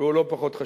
והוא לא פחות חשוב: